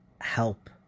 help